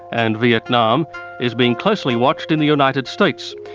and vietnam is being closely watched in the united states.